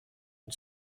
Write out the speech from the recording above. une